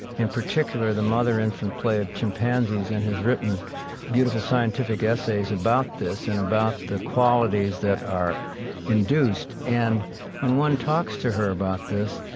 in particular, the mother-infant play of chimpanzees and has written beautiful scientific essays about this and about the qualities that are induced. and when one talks to her about this,